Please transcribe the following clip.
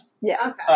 Yes